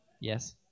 Yes